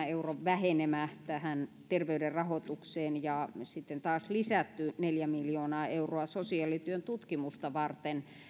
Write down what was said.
euron vähenemä tähän terveyden tutkimuksen rahoitukseen ja sitten taas lisätty neljä miljoonaa euroa sosiaalityön tutkimusta varten